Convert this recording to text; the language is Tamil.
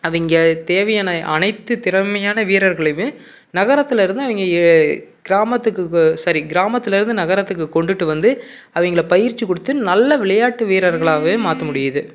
அவங்க தேவையான அனைத்து திறமையான வீரர்களையுமே நகரத்துலேருந்து அவங்க கிராமத்துக்கு சாரி கிராமத்துலேருந்து நகரத்துக்கு கொண்டுட்டு வந்து அவங்கள பயிற்சி கொடுத்து நல்ல விளையாட்டு வீரர்களாவே மாற்ற முடியுது